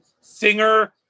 singer